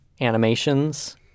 animations